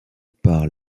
par